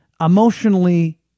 emotionally